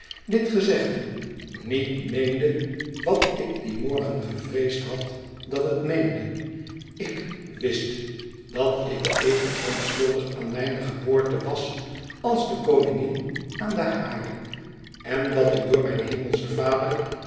dit gezegde niet meende wat ik dien morgen gevreesd had dat het meende ik wist dat ik even onschuldig aan mijne geboorte was als de koningin aan de hare en dat ik door mijn hemelschen vader